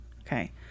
Okay